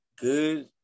good